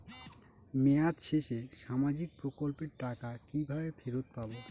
মেয়াদ শেষে সামাজিক প্রকল্পের টাকা কিভাবে ফেরত পাবো?